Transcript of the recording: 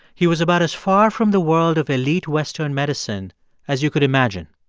he was about as far from the world of elite western medicine as you could imagine.